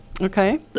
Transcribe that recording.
Okay